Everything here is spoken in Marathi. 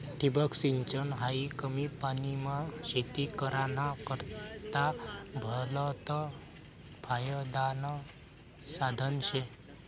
ठिबक सिंचन हायी कमी पानीमा शेती कराना करता भलतं फायदानं साधन शे